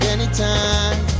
Anytime